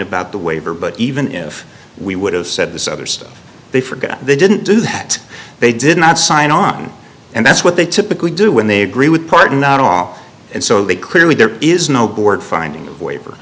about the waiver but even if we would have said this other stuff they forgot they didn't do that they did not sign on and that's what they typically do when they agree with pardon not off and so they clearly there is no board finding a waiver